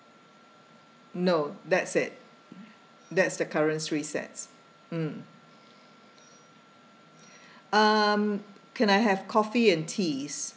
no that's it that's the current three sets mm um can I have coffee and teas